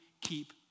keep